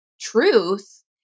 truth